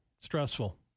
Stressful